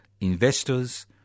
investors